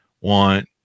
want